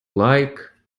like